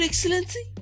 Excellency